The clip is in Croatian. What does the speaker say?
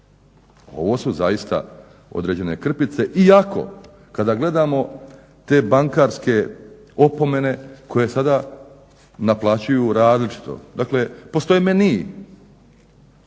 Ovo su zaista određene krpice iako kada gledamo te bankarske opomene koje sada naplaćuju različito dakle postoji meni